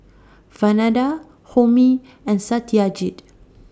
Vandana Homi and Satyajit